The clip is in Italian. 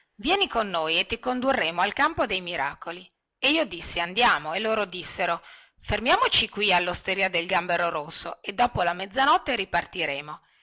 vieni con noi e ti condurremo al campo dei miracoli e io dissi andiamo e loro dissero fermiamoci qui allosteria del gambero rosso e dopo la mezzanotte ripartiremo